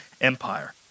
empire